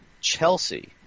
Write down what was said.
Chelsea